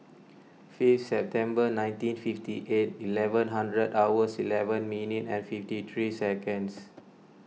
fifth September nineteen fifty eight eleven hundred hours eleven minute and fifty three seconds